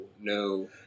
No